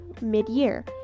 mid-year